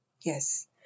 Yes